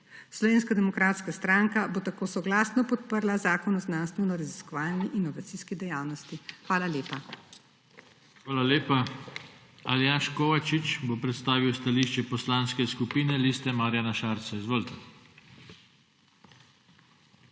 Slovenska demokratska stranka bo tako soglasno podprla zakon o znanstvenoraziskovalni inovacijski dejavnosti. Hvala lepa. **PODPREDSEDNIK JOŽE TANKO:** Hvala lepa. Aljaž Kovačič bo predstavil stališče Poslanske skupine Liste Marjana Šarca. Izvolite.